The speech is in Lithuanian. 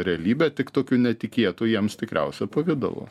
realybe tik tokiu netikėtu jiems tikriausia pavidalu